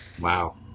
Wow